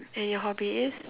and your hobby is